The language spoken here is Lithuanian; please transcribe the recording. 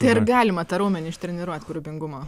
tai ar galima tą raumenį ištreniruot kūrybingumo